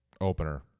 opener